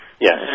yes